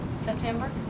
September